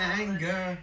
anger